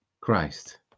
Christ